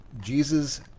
Jesus